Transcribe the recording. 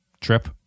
trip